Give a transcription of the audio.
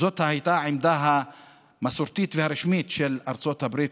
זו הייתה העמדה המסורתית והרשמית של ארצות הברית,